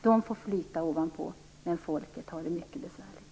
De får flyta ovanpå, men folket har det mycket bevärligt.